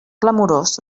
clamorós